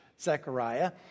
Zechariah